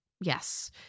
Yes